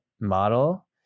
model